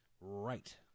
Right